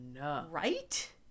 Right